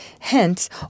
Hence